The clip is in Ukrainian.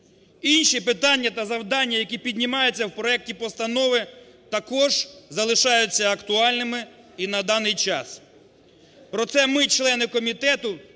Інші питання та завдання, які піднімаються в проекті постанови, також залишаються актуальними і на даний час. Проте ми, члени комітету